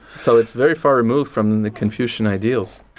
so it's very far removed from the confucian ideals.